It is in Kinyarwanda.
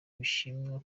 bishimwa